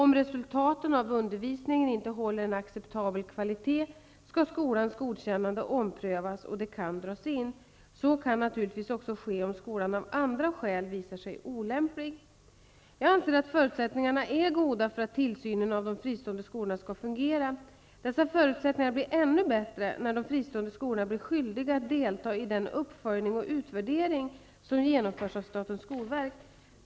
Om resultaten av undervisningen inte håller en acceptabel kvalitet skall skolans godkännande omprövas, och det kan dras in. Så kan naturligtvis också ske om skolan av andra skäl visar sig olämplig. Jag anser att förutsättningarna är goda för att tillsynen av de fristående skolorna skall fungera. Dessa förutsättningar blir ännu bättre när de fristående skolorna blir skyldiga att delta i den uppföljning och utvärdering som genomförs av statens skolverk.